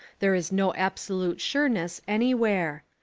there is no absolute sureness anywhere.